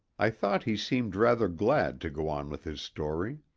i thought he seemed rather glad to go on with his story.